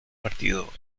partido